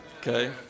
Okay